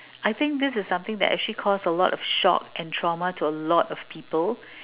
I think this is something that actually caused a lot of shock and trauma to a lot of people